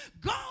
go